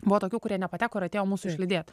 buvo tokių kurie nepateko ir atėjo mūsų išlydėt